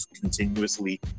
continuously